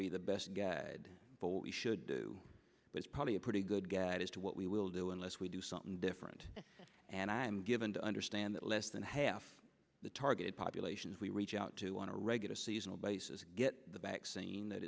be the best but we should do is probably a pretty good guide as to what we will do unless we do something different and i'm given to understand that less than half the targeted populations we reach out to on a regular seasonal basis get the vaccine that